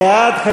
בעד,